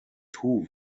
two